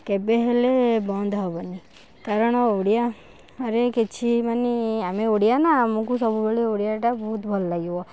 କେବେହେଲେ ବନ୍ଦ ହବନି କାରଣ ଓଡ଼ିଆ ରେ କିଛି ମାନେ ଆମେ ଓଡ଼ିଆ ନା ଆମକୁ ସବୁବେଳେ ଓଡ଼ିଆଟା ବହୁତ ଭଲ ଲାଗିବ